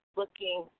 looking